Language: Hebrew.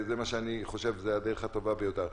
אני חושב שזו הדרך הטובה ביותר.